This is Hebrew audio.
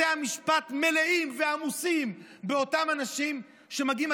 בתי המשפט מלאים ועמוסים באותם אנשים שמגיעים.